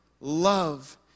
love